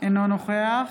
אינו נוכח